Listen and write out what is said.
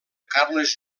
carles